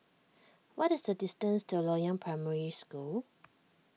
what is the distance to Loyang Primary School